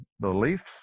beliefs